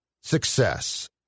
success